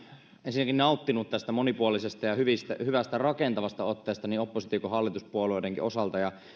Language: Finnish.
ensinnäkin nauttinut tästä monipuolisesta ja hyvästä rakentavasta otteesta niin oppositio kuin hallituspuolueidenkin osalta ja